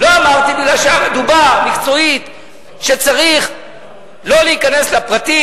ולא אמרתי בגלל שדובר מקצועית שצריך לא להיכנס לפרטים